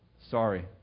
Sorry